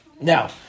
Now